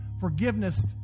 Forgiveness